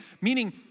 meaning